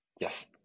Yes